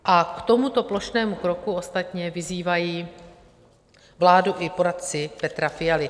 A k tomuto plošnému kroku ostatně vyzývají vládu i poradci Petra Fialy.